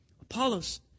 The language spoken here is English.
Apollos